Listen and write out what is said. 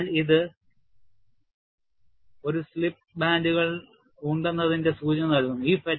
അതിനാൽ ഇത് ഒരു സ്ലിപ്പ് ബാൻഡുകളുണ്ടെന്നതിന്റെ സൂചന നൽകുന്നു